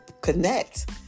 connect